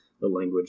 language